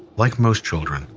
like most children,